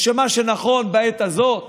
או שמה שנכון בעת הזאת